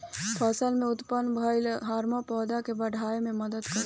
फसल में उत्पन्न भइल हार्मोन पौधा के बाढ़ावे में मदद करेला